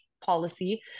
policy